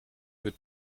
wird